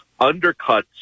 undercuts